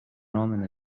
امنه